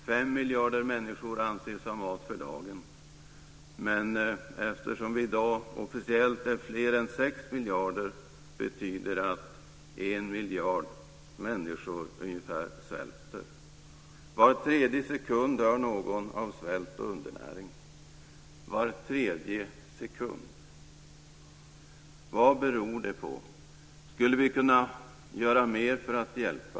5 miljarder människor anses ha mat för dagen. Men officiellt finns det i dag mer än 6 miljarder människor. Det betyder att ungefär 1 miljard människor svälter. Var tredje sekund dör någon av svält och undernäring. Vad beror det på? Skulle vi kunna göra mer för att hjälpa?